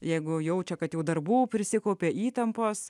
jeigu jaučia kad jau darbų prisikaupė įtampos